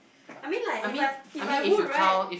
I mean like if I if I would right